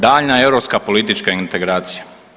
Daljnja europska politička integracija.